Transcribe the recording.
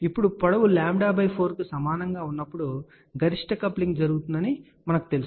ఇప్పుడు పొడవు λ4 కు సమానంగా ఉన్నప్పుడు గరిష్ట కప్లింగ్ జరుగుతుందని ఇక్కడ మనకు తెలుసు